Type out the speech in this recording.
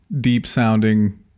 deep-sounding